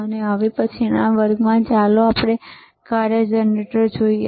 અને હવે પછીના વર્ગમાં ચાલો કાર્ય જનરેટર જોઈએ